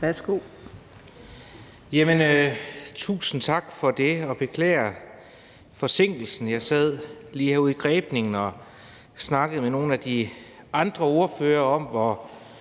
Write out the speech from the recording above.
Tusind tak for det, og jeg beklager forsinkelsen. Jeg sad lige derude i grebningen og snakkede med nogle af de andre ordførere om, hvor